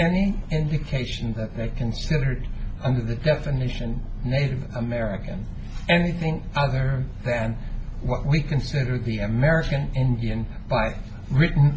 any indication that they considered under the definition native american anything other than what we consider to be american indian written